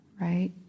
right